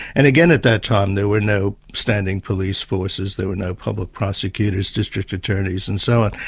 and again, at that time there were no standing police forces, there were no public prosecutors, district attorneys and so on.